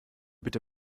bitte